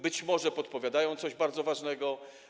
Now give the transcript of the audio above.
Być może podpowiadają coś bardzo ważnego.